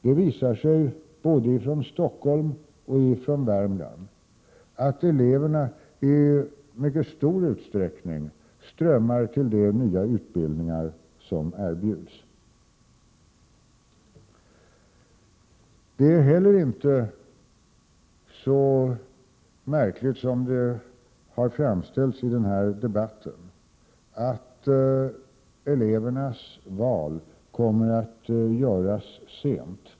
Det visar sig både i Stockholm och i Värmland att eleverna i mycket stor utsträckning strömmar till de nya utbildningar som erbjuds. Det är heller inte så märkligt som det har framställts i den här debatten att elevernas val kommer att göras sent.